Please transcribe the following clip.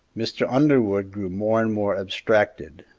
mr. underwood grew more and more abstracted,